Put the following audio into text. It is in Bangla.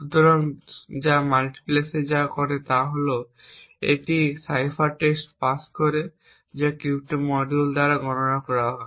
সুতরাং মাল্টিপ্লেক্সার যা করে তা হল এটি হয় সাইফার টেক্সট পাস করে যা ক্রিপ্টো মডিউল দ্বারা গণনা করা হয়